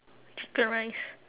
chicken rice